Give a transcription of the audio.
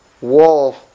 wall